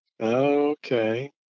Okay